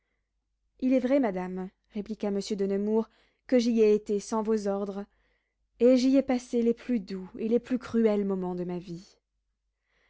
il est vrai madame répliqua monsieur de nemours que j'y ai été sans vos ordres et j'y ai passé les plus doux et les plus cruels moments de ma vie